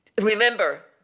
remember